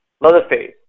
Leatherface